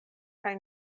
kaj